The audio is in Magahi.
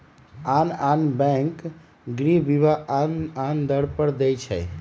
आन आन बैंक गृह बीमा आन आन दर पर दइ छै